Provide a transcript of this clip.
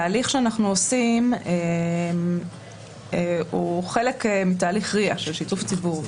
התהליך שאנחנו עושים הוא חלק מתהליך RIA של שיתוף ציבור,